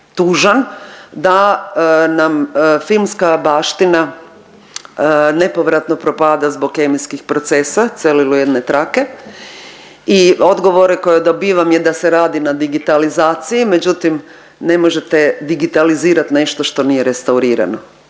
da nam filmska baština nepovratno propada zbog kemijskih procesa celuloidne trake i odgovore koje dobivam je da se radi na digitalizaciji, međutim ne možete digitalizirat nešto što nije restaurirano.